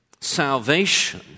salvation